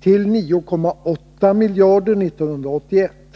till 9,8 miljarder kronor 1981.